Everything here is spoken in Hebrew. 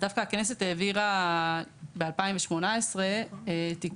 דווקא הכנסת העבירה ב-2018 תיקון